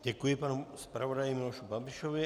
Děkuji panu zpravodaji Miloši Babišovi.